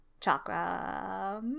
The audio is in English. chakra